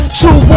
two